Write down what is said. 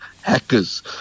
hackers